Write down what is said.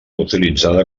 utilitzada